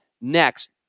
next